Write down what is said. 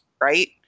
right